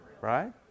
right